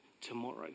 tomorrow